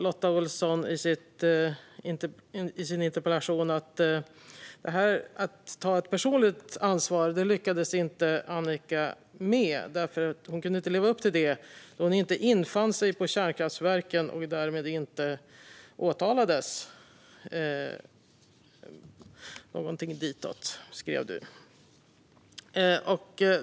Lotta Olsson skrev också i sin interpellation att Annika inte lyckades ta ett personligt ansvar; hon kunde inte leva upp till detta då hon inte infann sig vid kärnkraftverket och därmed inte åtalades. Någonting ditåt skrev Lotta Olsson.